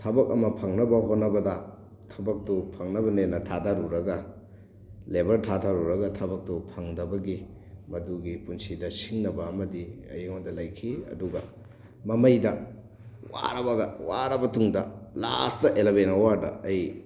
ꯊꯕꯛ ꯑꯃ ꯐꯪꯅꯕ ꯍꯣꯠꯅꯕꯗ ꯊꯕꯛꯇꯨ ꯐꯪꯅꯕꯅꯦꯅ ꯊꯥꯗꯔꯨꯔꯒ ꯂꯦꯕꯔ ꯊꯥꯗꯔꯨꯔꯒ ꯊꯕꯛꯇꯨ ꯐꯪꯗꯕꯒꯤ ꯃꯗꯨꯒꯤ ꯄꯨꯟꯁꯤꯗ ꯁꯤꯡꯅꯕ ꯑꯃꯗꯤ ꯑꯩꯉꯣꯟꯗ ꯂꯩꯈꯤ ꯑꯗꯨꯒ ꯃꯃꯩꯗ ꯋꯥꯔꯕꯒ ꯋꯥꯔꯕ ꯇꯨꯡꯗ ꯂꯥꯁꯇ ꯑꯦꯂꯕꯦꯟ ꯑꯋꯥꯔꯗ ꯑꯩ